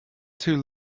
too